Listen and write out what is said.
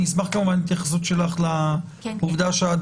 אני אשמח כמובן להתייחסות שלך לעובדה שעד